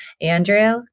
Andrew